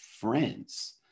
friends